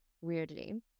weirdly